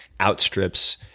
outstrips